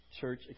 church